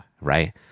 right